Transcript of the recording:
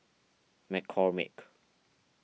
McCormick